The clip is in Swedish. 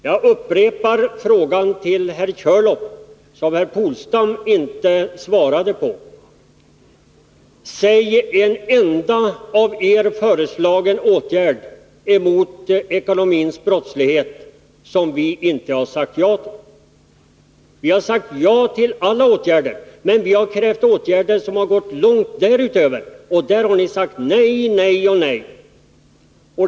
Jag riktar till herr Körlof samma fråga som herr Polstam inte svarade på: Kan ni nämna en enda av er föreslagen åtgärd emot ekonomisk brottslighet som vi inte har sagt ja till? Vi har sagt ja till alla förslag, men vi har krävt åtgärder som sträcker sig långt därutöver. Då har ni sagt nej och åter nej.